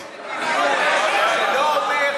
אבל,